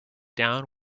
down